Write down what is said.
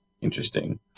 Interesting